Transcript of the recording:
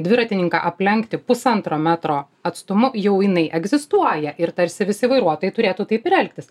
dviratininką aplenkti pusantro metro atstumu jau jinai egzistuoja ir tarsi visi vairuotojai turėtų taip ir elgtis